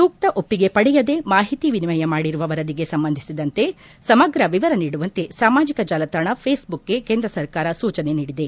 ಸೂಕ್ತ ಒಪ್ಪಿಗೆ ಪಡೆಯದೆ ಮಾಹಿತಿ ವಿನಿಮಯ ಮಾಡಿರುವ ವರದಿಗೆ ಸಂಬಂಧಿಸಿದಂತೆ ಸಮಗ್ರ ವಿವರ ನೀಡುವಂತೆ ಸಾಮಾಜಿಕ ಜಾಲತಾಣ ಫೇಸ್ಬುಕ್ಗೆ ಕೇಂದ್ರ ಸರ್ಕಾರ ಸೂಚನೆ ನೀಡಿದೆ